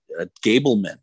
Gableman